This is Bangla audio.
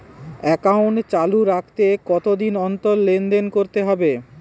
একাউন্ট চালু রাখতে কতদিন অন্তর লেনদেন করতে হবে?